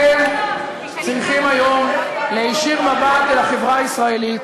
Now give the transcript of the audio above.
אתם צריכים היום להישיר מבט אל החברה הישראלית